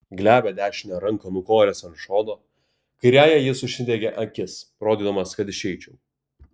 glebią dešinę ranką nukoręs ant šono kairiąja jis užsidengė akis rodydamas kad išeičiau